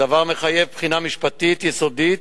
הדבר מחייב בחינה משפטית יסודית,